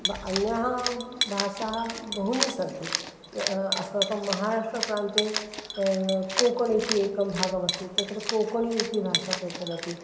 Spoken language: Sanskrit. ब अन्याः भाषाः बहूनि सन्ति अस्माकं महाराष्ट्रप्रान्ते कोङ्कण् इति एकं भागमस्ति तत्र कोकणी इति भाषा प्रचलति